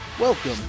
welcome